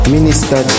Minister